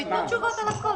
--- שייתנו תשובות על הכול.